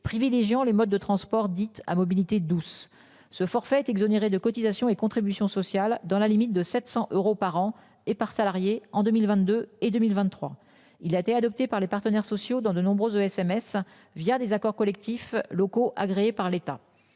privilégiant les modes de transport dits à mobilité douce ce forfait exonérée de cotisations et contributions sociales dans la limite de 700 euros par an et par salarié en 2022 et 2023, il a été adopté par les partenaires sociaux dans de nombreuses de SMS via des accords collectifs locaux agréée par l'État.